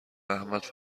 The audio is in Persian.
احمد